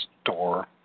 store